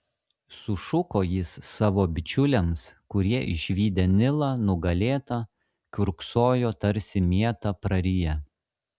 sušuko jis savo bičiuliams kurie išvydę nilą nugalėtą kiurksojo tarsi mietą prariję